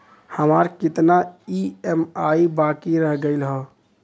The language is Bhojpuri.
हमार कितना ई ई.एम.आई बाकी रह गइल हौ?